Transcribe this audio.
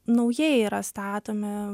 naujai yra statomi